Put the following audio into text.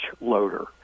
loader